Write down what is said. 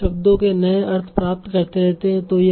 आप शब्दों के नए अर्थ प्राप्त करते रहते हैं